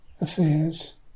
Affairs